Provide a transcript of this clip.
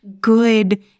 good